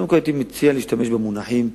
קודם כול הייתי מציע להשתמש במונחים,